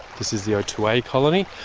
this is the ah two a colony,